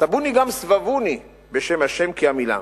סבוני גם סבבוני בשם ה' כי אמילם,